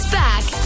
back